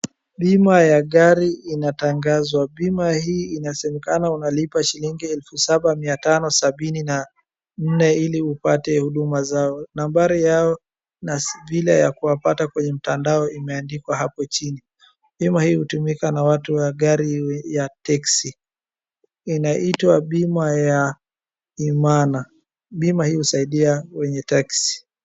Bima ya gari inatangazwa, bima hii inasemekana unalipa shilingi elfu saba mia tano sabini na nne ili upate huduma zao. Nambari yao na vile ya kuwapata kwenye mtandao imeandikwa hapo chini. Bima hii hutumika na watu wa gari ya taksi. Inaitwa bina ya Imana, bima hii husaidia wenye taksi